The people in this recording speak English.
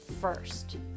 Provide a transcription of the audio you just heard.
first